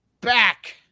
back